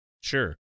Sure